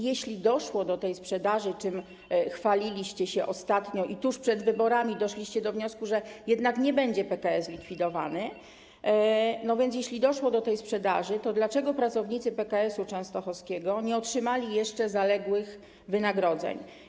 Jeśli doszło do tej sprzedaży, czym chwaliliście się ostatnio, a tuż przed wyborami doszliście do wniosku, że jednak nie będzie PKS likwidowany, jeśli więc doszło do tej sprzedaży, to dlaczego pracownicy PKS-u częstochowskiego nie otrzymali jeszcze zaległych wynagrodzeń?